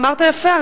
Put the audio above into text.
ואמרת יפה,